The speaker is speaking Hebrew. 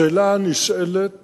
השאלה הנשאלת